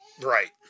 Right